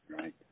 right